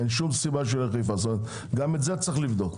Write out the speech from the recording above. גם את זה צריך לבדוק.